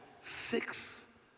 six